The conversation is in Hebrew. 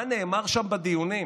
מה נאמר שם בדיונים?